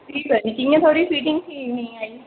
फ्ही पता निं कि'यां थुआढ़ी फिटिंग ठीक निं आई